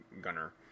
gunner